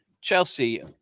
Chelsea